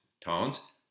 tones